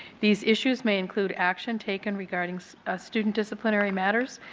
these issues may include action taken regarding so ah student disciplinary matters.